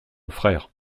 frère